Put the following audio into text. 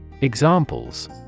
Examples